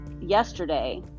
yesterday